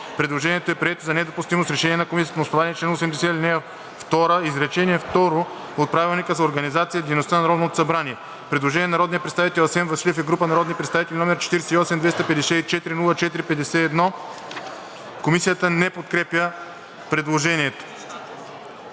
Предложението е прието за недопустимо с решение на Комисията на основание чл. 80, ал. 2, изречение второ от Правилника за организацията и дейността на Народното събрание. Предложение на народния представител Асен Василев и група народни представители, № 48-254-04-51. Комисията не подкрепя предложението.